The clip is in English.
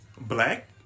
black